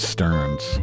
Stearns